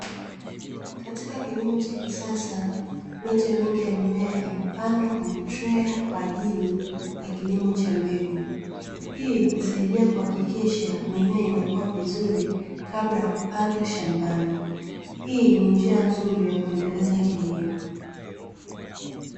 Katika kilimo cha kisasa miche mingi ya mimea imepandwa kwenye treya kwa ajili ya kilimo cha mbegu. Hii husaidia kuhakikisha mimea inakuwa vizuri kabla ya kupandwa shambani. Hii ni njia nzuri ya kuendeleza kilimo.